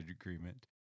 Agreement